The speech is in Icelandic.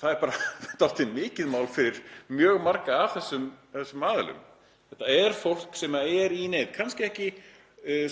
Það er bara dálítið mikið mál fyrir mjög marga af þessum aðilum. Þetta er fólk sem er í neyð, kannski ekki